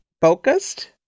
focused